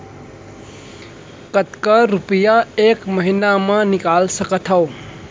कतका रुपिया एक महीना म निकाल सकथव?